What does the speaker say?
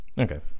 Okay